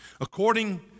according